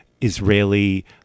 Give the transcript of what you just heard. Israeli